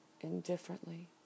indifferently